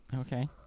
Okay